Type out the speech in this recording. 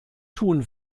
tun